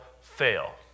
fail